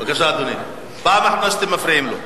בבקשה, אדוני, פעם אחרונה שאתם מפריעים לו.